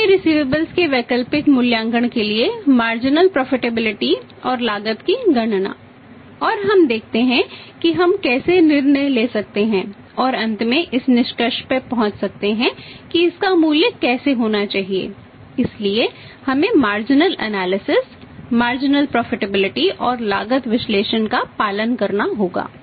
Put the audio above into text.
खातों के रिसिवेबल्स और लागत विश्लेषण का पालन करना होगा